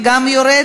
סתיו שפיר,